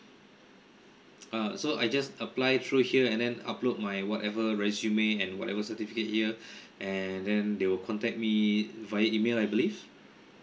uh so I just apply through here and then upload my whatever resume and whatever certificate year and then they will contact me via email I believe